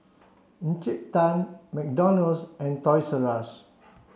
Encik Tan McDonald's and Toys